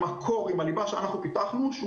עם הליבה שאנחנו פיתחנו,